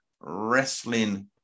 Wrestling